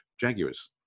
jaguars